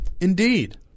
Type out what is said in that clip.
indeed